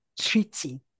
treaty